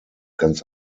ganz